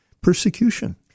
persecution